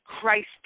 Christ